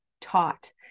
taught